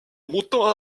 remontant